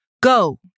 Go